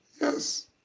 Yes